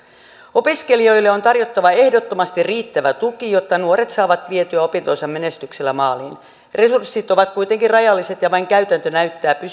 opiskelijoille on tarjottava ehdottomasti riittävä tuki jotta nuoret saavat vietyä opintonsa menestyksellä maaliin resurssit ovat kuitenkin rajalliset ja vain käytäntö näyttää